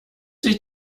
sich